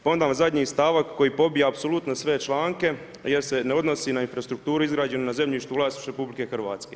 Pa onda zadnji stavak koji pobija apsolutno sve članke jer se ne odnosi na infrastrukturu izgrađenu na zemljištu u vlasništvu RH.